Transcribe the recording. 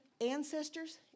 ancestors